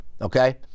Okay